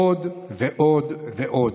עוד ועוד ועוד.